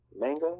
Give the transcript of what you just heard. Mango